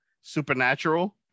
Supernatural